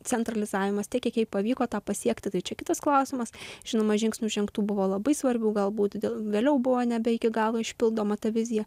centralizavimas tiek kiek jai pavyko tą pasiekti tai čia kitas klausimas žinoma žingsnių žengtų buvo labai svarbių galbūt dėl vėliau buvo nebe iki galo išpildoma ta vizija